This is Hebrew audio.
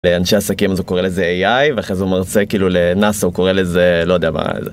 לאנשי עסקים אז הוא קורא לזה AI, ואחרי זה הוא מרצה, כאילו לנאס"א, הוא קורא לזה, לא יודע מה